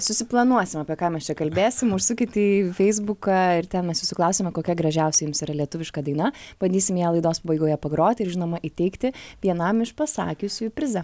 susiplanuosim apie ką mes čia kalbėsim užsukite į feisbuką ir ten mes jūsų klausėme kokia gražiausia jums yra lietuviška daina bandysim ją laidos pabaigoje pagroti ir žinoma įteikti vienam iš pasakiusiųjų prizą